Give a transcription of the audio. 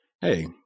hey